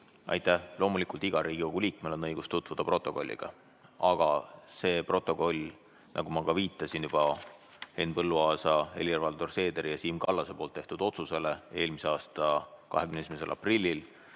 Aitäh! Loomulikult igal Riigikogu liikmel on õigus tutvuda protokolliga. Aga sellest protokollist, nagu ma ka viitasin juba Henn Põlluaasa, Helir-Valdor Seederi ja Siim Kallase tehtud otsusele eelmise aasta 21. aprillist,